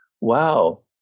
wow